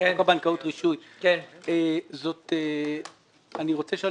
בחוק הבנקאות (רישוי): אני רוצה לשאול